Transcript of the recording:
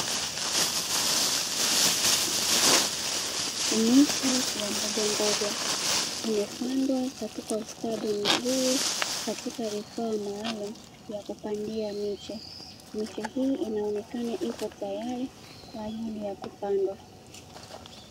Miche ya mbogamboga imepandwa katika ustadi mzuri katika vifaa maalumu vya kupandia miche. Miche hii inaonekana ipo tayari kwa ajili ya kupandwa.